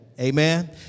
Amen